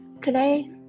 Today